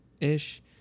Ish